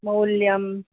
मौल्यम्